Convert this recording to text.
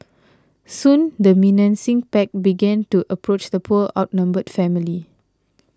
soon the menacing pack began to approach the poor outnumbered family